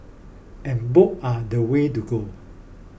and books are the way to go